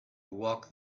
walk